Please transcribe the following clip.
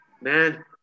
man